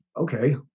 okay